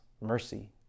mercy